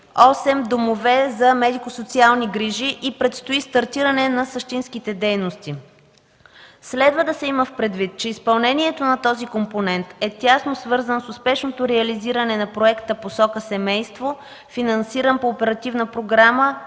дома за медико-социални грижи и предстои стартиране на същинските дейности. Следва да се има предвид, че изпълнението на този компонент е тясно свързан с успешното реализиране на проекта в посока семейство, финансиран по Оперативна програма